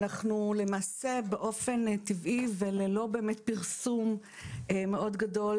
אנחנו למעשה באופן טבעי וללא באמת פרסום מאוד גדול